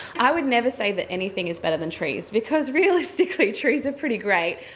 i would never say that anything is better than trees because realistically trees are pretty great.